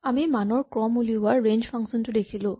আমি মানৰ ক্ৰম উলিওৱা ৰেঞ্জ ফাংচন টো দেখিলোঁ